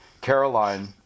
Caroline